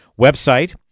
website